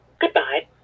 Goodbye